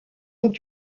ont